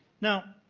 now,